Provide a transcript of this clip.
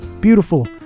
beautiful